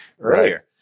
earlier